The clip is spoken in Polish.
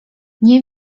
nie